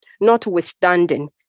notwithstanding